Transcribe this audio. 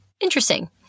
Interesting